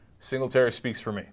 singletary speaks for me